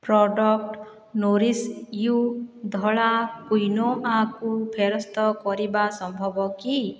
product Nourish You ଧଳା କ୍ୱିନୋଆକୁ ଫେରସ୍ତ କରିବା ସମ୍ଭବ କି